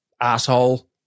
Asshole